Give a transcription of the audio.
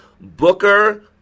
Booker